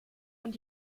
und